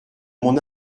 mon